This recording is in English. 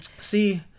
see